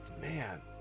Man